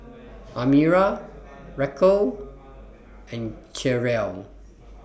Amira Racquel and Cherelle